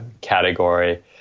category